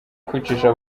kwicisha